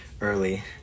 early